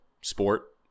sport